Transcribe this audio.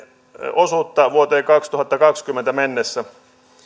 osuutta vuoteen kaksituhattakaksikymmentä mennessä